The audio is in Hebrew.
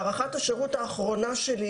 הארכת השירות האחרונה שלי